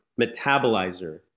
metabolizer